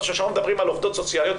ועכשיו אנחנו מדברים על עובדות סוציאליות,